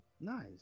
Nice